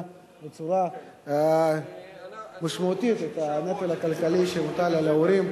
בצורה משמעותית את הנטל הכלכלי שהוטל על ההורים,